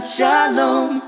Shalom